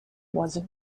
was